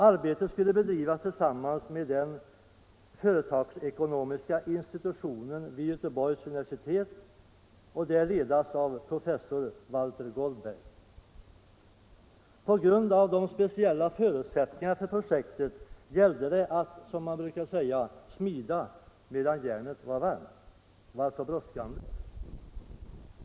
Arbetet skulle bedrivas tillsammans med den företagsekonomiska institutionen vid Göteborgs universitet och där ledas av professor Walter Goldberg. På grund av de speciella för 149 150 utsättningarna för projektet gällde det att som man säger ”smida medan järnet var varmt”.